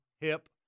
hip